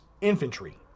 infantry